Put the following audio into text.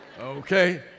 Okay